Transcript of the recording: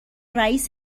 رئیس